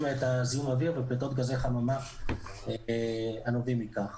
את זיהום האוויר ופליטת גזי חממה הנובעים מכך.